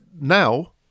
now